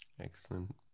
Excellent